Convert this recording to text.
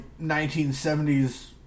1970s